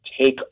take